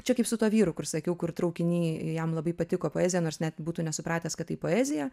čia kaip su tuo vyru kur sakiau kur traukiny jam labai patiko poezija nors net būtų nesupratęs kad tai poezija